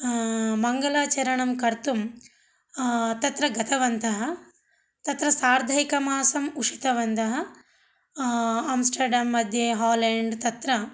मङ्गलाचरणं कर्तुं तत्र गतवन्तः तत्र सार्धैकमासं उषितवन्तः आम्स्टडाम् मद्ये हालेण्ड् तत्र